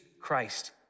Christ